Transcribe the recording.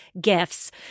gifts